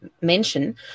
mention